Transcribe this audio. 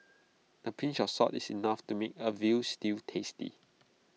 A pinch of salt is enough to make A Veal Stew tasty